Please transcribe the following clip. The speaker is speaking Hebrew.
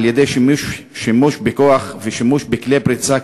על-ידי שימוש בכוח ושימוש בכלי פריצה,